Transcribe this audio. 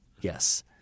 Yes